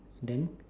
then